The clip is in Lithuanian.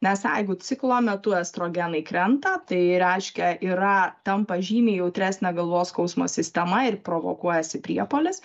nes jeigu ciklo metu estrogenai krenta tai reiškia yra tampa žymiai jautresnė galvos skausmo sistema ir provokuojasi priepuolis